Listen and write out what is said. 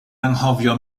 anghofio